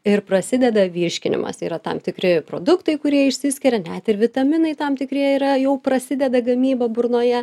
ir prasideda virškinimas yra tam tikri produktai kurie išsiskiria net ir vitaminai tam tikri yra jau prasideda gamyba burnoje